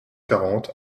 quarante